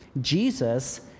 Jesus